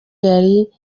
yari